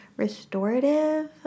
restorative